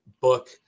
book